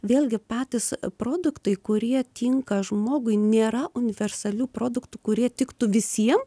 vėlgi patys produktai kurie tinka žmogui nėra universalių produktų kurie tiktų visiem